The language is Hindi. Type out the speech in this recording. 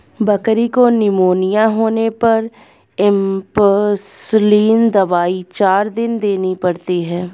बकरी को निमोनिया होने पर एंपसलीन दवाई चार दिन देनी पड़ती है